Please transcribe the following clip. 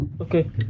okay